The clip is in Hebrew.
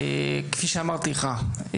כפי שאמרתי לך,